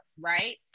right